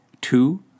two